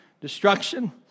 destruction